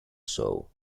show